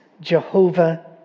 Jehovah